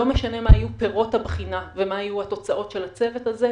לא משנה מה יהיו פירות הבחינה ומה יהיו התוצאות של הצוות הזה,